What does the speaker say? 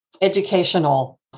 educational